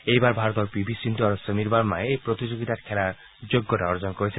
এইবাৰ ভাৰতৰ P V Sindhu আৰু সমীৰ বাৰ্মাই এই প্ৰতিযোগিতাত খেলাৰ যোগ্যতা অৰ্জন কৰিছে